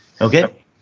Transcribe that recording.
Okay